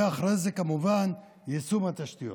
ואחרי זה כמובן על יישום התשתיות.